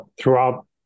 throughout